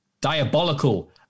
diabolical